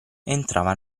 entrava